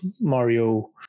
Mario